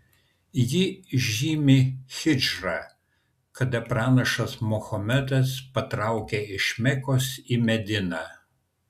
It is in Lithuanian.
ji žymi hidžrą kada pranašas mahometas patraukė iš mekos į mediną